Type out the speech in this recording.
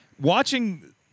watching